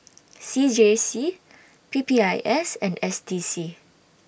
C J C P P I S and S D C